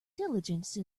diligence